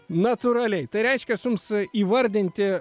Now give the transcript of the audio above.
natūraliai tai reiškias jums įvardinti